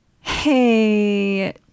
hey